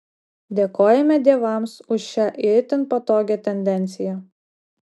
dėkojame dievams už šią itin patogią tendenciją